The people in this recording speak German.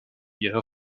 ihrer